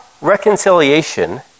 reconciliation